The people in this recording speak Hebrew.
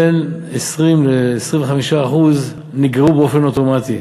בין 20% ל-25% נגרעו באופן אוטומטי.